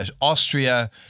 Austria